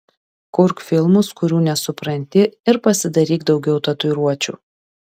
kurk filmus kurių nesupranti ir pasidaryk daugiau tatuiruočių